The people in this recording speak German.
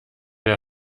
der